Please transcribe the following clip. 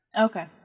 Okay